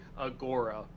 agora